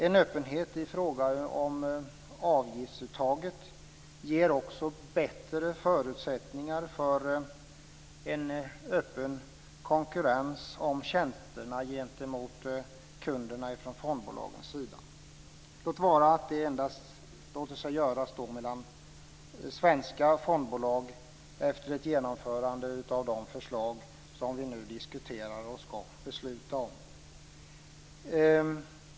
En öppenhet i fråga om avgiftsuttaget ger också bättre förutsättningar för en öppen konkurrens om tjänsterna gentemot kunderna från fondbolagens sida. Låt vara att det endast låter sig göras mellan svenska fondbolag efter ett genomförande av de förslag som vi nu diskuterar och skall besluta om.